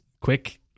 quick